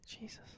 Jesus